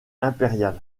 impérial